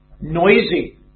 noisy